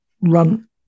run